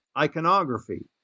iconography